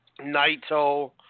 Naito